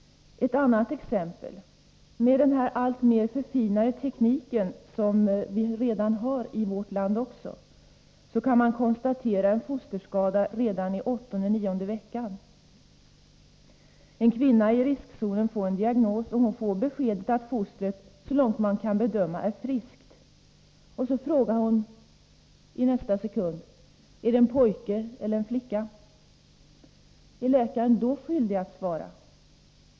Ett annat exempel: Med den alltmer förfinade teknik som vi redan har också i vårt land kan man konstatera en fosterskada redan i åttonde-nionde graviditetsveckan. En kvinna i riskzonen får en diagnos och får beskedet att fostret — så långt man kan bedöma — är friskt. Hon frågar i nästa sekund: Är det en pojke eller en flicka? Är läkaren då skyldig att svara?